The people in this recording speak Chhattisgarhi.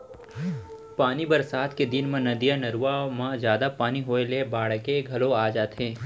पानी बरसात के दिन म नदिया, नरूवा म जादा पानी होए ले बाड़गे घलौ आ जाथे